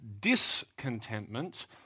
discontentment